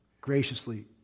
graciously